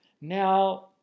now